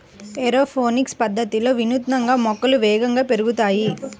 aeroponics పద్ధతిలో వినూత్నంగా మొక్కలు వేగంగా పెరుగుతాయి